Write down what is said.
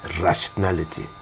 rationality